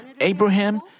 Abraham